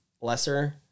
Lesser